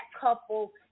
couple